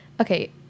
okay